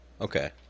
Okay